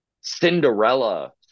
cinderella